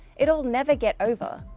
it'll never get over,